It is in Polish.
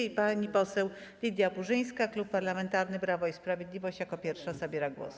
I pani poseł Lidia Burzyńska, Klub Parlamentarny Prawo i Sprawiedliwość, jako pierwsza zabiera głos.